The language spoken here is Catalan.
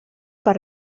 per